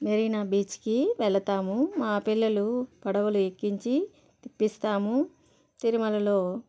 మెరీనా బీచ్కి వెళతాము మా పిల్లలు పడవలు ఎక్కించి తిప్పిస్తాము తిరుమలలో